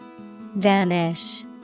Vanish